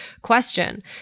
question